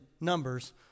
numbers